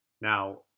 Now